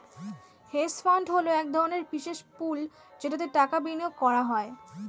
hedge fund হলো এক ধরনের বিশেষ পুল যেটাতে টাকা বিনিয়োগ করা হয়